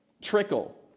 trickle